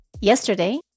Yesterday